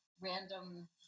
random